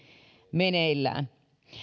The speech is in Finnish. meneillään